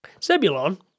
Sebulon